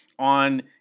on